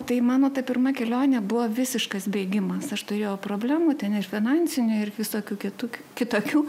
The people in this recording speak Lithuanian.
tai mano ta pirma kelionė buvo visiškas bėgimas aš turėjau problemų ten ir finansinių ir visokių kitų kitokių